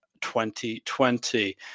2020